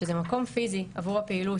שזה מקום פיזי עבור הפעילות,